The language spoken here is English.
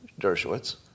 Dershowitz